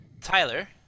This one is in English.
Tyler